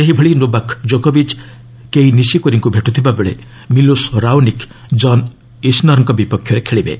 ସେହିଭଳି ନୋବାକ ଜୋକୋବିଚ କେଇ ନିଶିକୋରିଙ୍କୁ ଭେଟୁଥିବାବେଳେ ମିଲୋସ ରାଓନିକ ଜନ୍ ଇସନରଙ୍କ ବିପକ୍ଷରେ ଖେଳିବେ